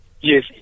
Yes